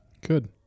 Good